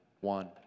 one